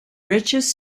richest